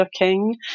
looking